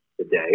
today